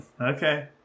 okay